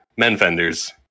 Menfenders